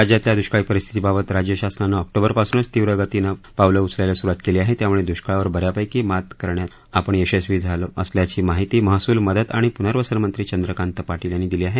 राज्यातल्या दुष्काळी परिस्थितीबाबत राज्यशासनानं ऑक्टोबरपासूनच तीव्र गतीनं पावलं उचलायला सुरुवात केली त्यामुळे दुष्काळावर ब यापैकी मात करण्यात आपण यशस्वी असल्याची माहिती महसूल मदत आणि पुनर्वसन मंत्री चंद्रकांत पाटील यांनी दिली आहे